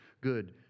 good